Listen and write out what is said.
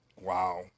Wow